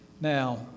Now